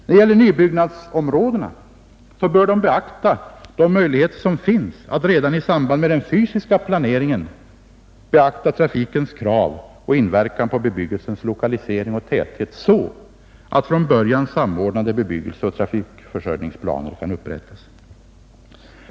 När det gäller nybyggnadsområdena bör de beakta de möjligheter som finns att redan i samband med den fysiska planeringen ta hänsyn till trafikens krav och inverkan på bebyggelsens lokalisering och täthet, så att samordnade bebyggelseoch trafikförsörjningsplaner från början kan upprättas.